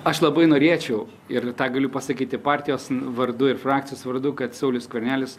aš labai norėčiau ir tą galiu pasakyti partijos vardu ir frakcijos vardu kad saulius skvernelis